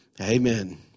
Amen